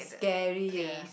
scary ah